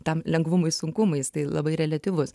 tam lengvumui sunkumui tai labai reliatyvus